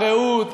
רעות,